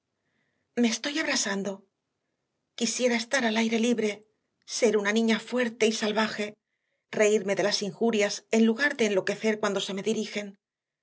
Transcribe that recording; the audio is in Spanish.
me estoy abrasando quisiera estar al aire libre ser una niña fuerte y salvaje reírme de las injurias en lugar de enloquecer cuando se me dirigen